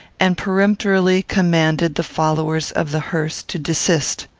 and peremptorily commanded the followers of the hearse to desist.